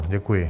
Děkuji.